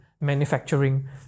manufacturing